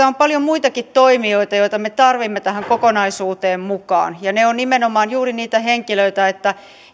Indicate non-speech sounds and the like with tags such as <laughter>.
<unintelligible> on paljon muitakin toimijoita joita me tarvitsemme tähän kokonaisuuteen mukaan ja he ovat nimenomaan juuri niitä henkilöitä